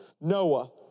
Noah